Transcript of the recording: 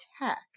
tech